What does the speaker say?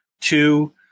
Two